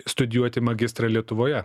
studijuoti magistrą lietuvoje